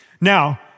Now